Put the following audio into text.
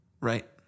Right